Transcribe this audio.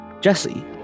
Jesse